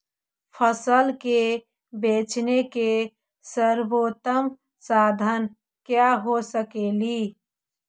फसल के बेचने के सरबोतम साधन क्या हो सकेली?